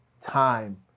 time